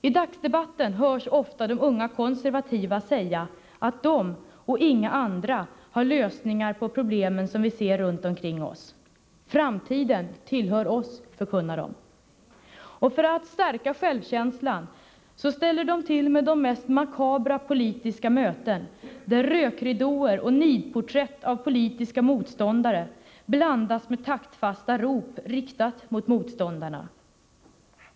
I dagsdebatten hörs ofta de unga konservativa säga att de och inga andra har lösningar på problemen vi ser runt omkring oss. Framtiden tillhör oss, förkunnar de. För att stärka självkänslan ställer de till med de mest makabra politiska möten, där rökridåer och nidporträtt av politiska motståndare blandas med taktfasta rop riktade mot motståndarna.